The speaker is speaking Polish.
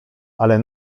ale